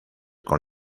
con